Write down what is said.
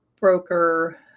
broker